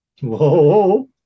Whoa